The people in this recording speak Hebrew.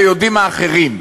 ויודעים האחרים.